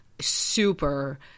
super